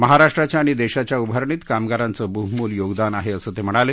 महाराष्ट्राच्या आणि देशाच्या उभारणीत कामगारांचं बहुमोल योगदान आहे असं ते म्हणाले